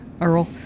Earl